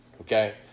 Okay